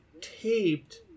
taped